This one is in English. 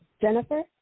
Jennifer